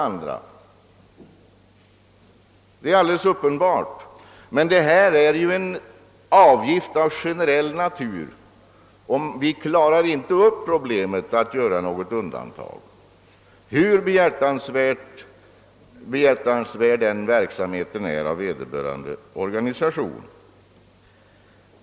Här gäller det en avgift av generell natur, och vi klarar inte problemet genom att medge något undantag, hur behjärtansvärd vederbörande organisations verksamhet än är.